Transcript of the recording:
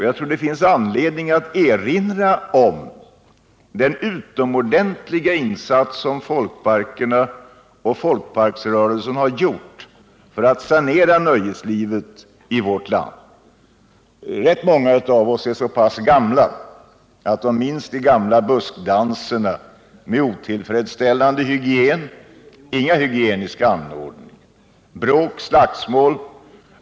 Jag tror det finns anledning att erinra om den utomordentliga insats som folkparkerna och folkparksrörelsen har gjort för att sanera nöjeslivet i vårt land. Rätt många av OSS är så pass gamla att vi minns de gamla buskdanserna med otillfredsställande sanitära förhållanden, inga hygieniska anordningar, bråk och slagsmål.